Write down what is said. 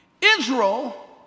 Israel